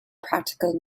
practical